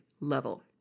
level